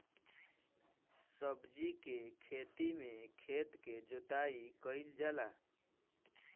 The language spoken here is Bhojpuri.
सब्जी के खेती में खेत के जोताई कईल जाला